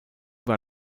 war